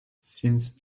since